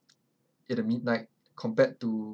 in the midnight compared to